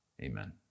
Amen